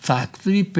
Factory